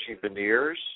veneers